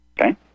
Okay